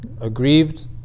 aggrieved